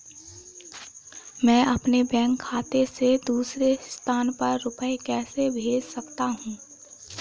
मैं अपने बैंक खाते से दूसरे स्थान पर रुपए कैसे भेज सकता हूँ?